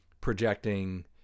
projecting